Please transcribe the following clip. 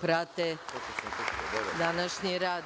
prate današnji rad